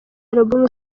album